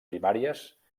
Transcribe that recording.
primàries